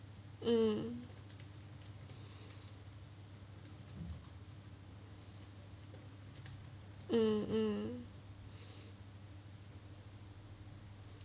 mm mm mm